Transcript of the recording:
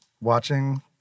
watching